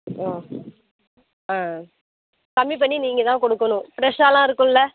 ஓ ஆ கம்மி பண்ணி நீங்கள் தான் கொடுக்கணும் ஃப்ரெஷ்ஷாயெல்லாம் இருக்கும்ல